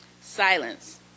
Silence